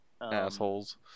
Assholes